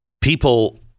people